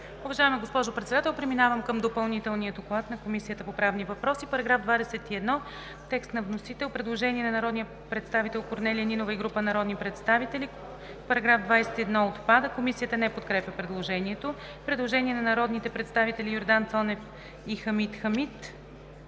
Уважаема госпожо Председател, преминавам към Допълнителния доклад на Комисията по правни въпроси. По текста на вносителя за § 21 има предложение на народния представител Корнелия Нинова и група народни представители: „§ 21 отпада.“ Комисията не подкрепя предложението. Предложение на народните представители Йордан Цонев и Хамид Хамид.